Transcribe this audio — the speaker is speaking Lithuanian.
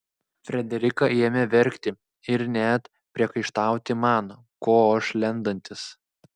frederika ėmė verkti ir net priekaištauti man ko aš lendantis